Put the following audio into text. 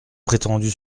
prétendu